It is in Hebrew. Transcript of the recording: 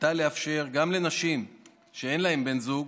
הייתה לאפשר גם לנשים שאין להן בן זוג,